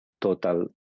total